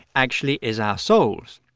actually, is our souls.